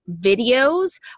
videos